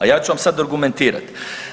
A ja ću vam sad argumentirati.